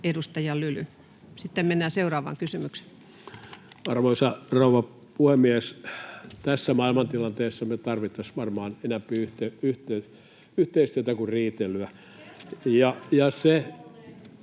edustaja Lyly. Sitten mennään seuraavaan kysymykseen. Arvoisa rouva puhemies! Tässä maailmantilanteessa me tarvittaisiin varmaan enempi yhteistyötä kuin riitelyä.